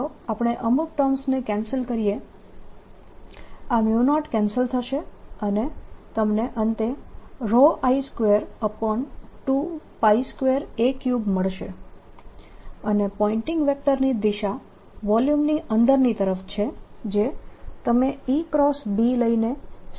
ચાલો આપણે અમુક ટર્મ્સ ને કેન્સલ કરીએ આ 0 કેન્સલ થશે અને તમને અંતે I222a3 મળશે અને પોઈન્ટીંગ વેક્ટરની દિશા વોલ્યુમની અંદરની તરફ છે જે તમે EB લઈને સરળતાથી જોઈ શકો છો